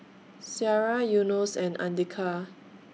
Syirah Yunos and Andika